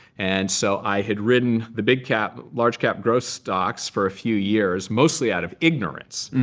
and so i had ridden the big cap, large cap growth stocks for a few years mostly out of ignorance,